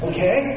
Okay